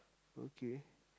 okay